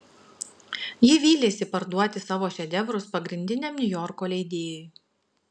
ji vylėsi parduoti savo šedevrus pagrindiniam niujorko leidėjui